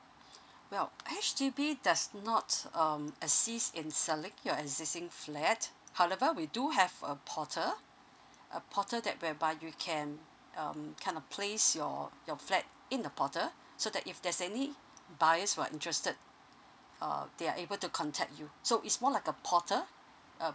well H_D_B does not um assist in select your existing flat however we do have a portal a portal that whereby you can um kind of place your your flat in the portal so that if there's any buyers who are interested uh they are able to contact you so is more like a portal uh